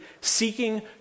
seeking